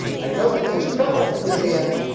i know that this treadle fit in